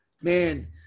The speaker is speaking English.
man